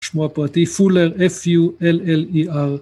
שמו הפרטי, פולר, F-U-L-L-E-R.